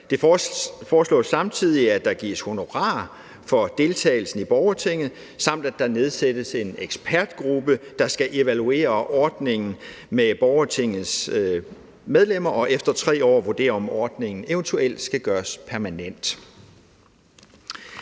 Det foreslås samtidig, at der gives honorar for deltagelsen i borgertinget, samt at der nedsættes en ekspertgruppe, der skal evaluere ordningen med borgertingets medlemmer og efter 3 år vurdere, om ordningen eventuelt skal gøres permanent.